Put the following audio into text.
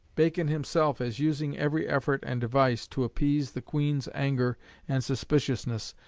bacon himself as using every effort and device to appease the queen's anger and suspiciousness,